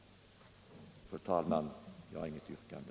Fru talman! Jag har inget yrkande.